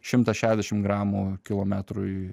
šimtas šešiasdešimt gramų kilometrui